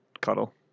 Cuddle